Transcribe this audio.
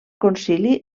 concili